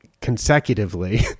consecutively